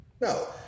No